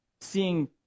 seeing